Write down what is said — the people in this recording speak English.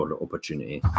opportunity